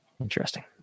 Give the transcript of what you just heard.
interesting